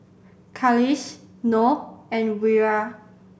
Khalish Noh and Wira